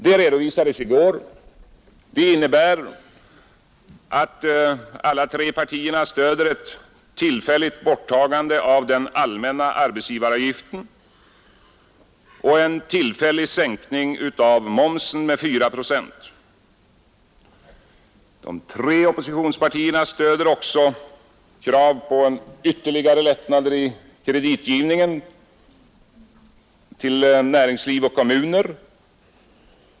Det redovisades i går, och det innebär att alla tre partierna stöder förslaget om ett tillfälligt borttagande av den allmänna arbetsgivaravgiften och en tillfällig sänkning av momsen med 4 procent. De tre oppositionspartierna stöder också kravet på ytterligare lättnader i kreditgivningen till näringsliv och kommuner.